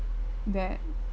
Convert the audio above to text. that